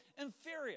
inferior